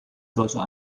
solcher